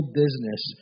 business